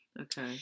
Okay